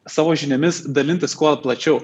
savo žiniomis dalintis kuo plačiau